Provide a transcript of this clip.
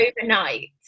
overnight